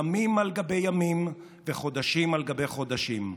ימים על גבי ימים וחודשים על גבי חודשים.